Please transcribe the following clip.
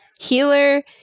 healer